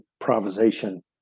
improvisation